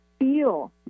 Feel